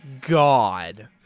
God